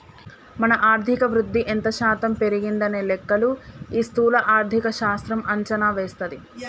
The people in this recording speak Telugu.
మన ఆర్థిక వృద్ధి ఎంత శాతం పెరిగిందనే లెక్కలు ఈ స్థూల ఆర్థిక శాస్త్రం అంచనా వేస్తది